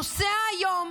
נוסע היום